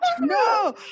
no